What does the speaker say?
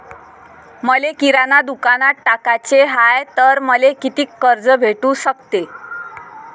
मले किराणा दुकानात टाकाचे हाय तर मले कितीक कर्ज भेटू सकते?